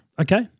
Okay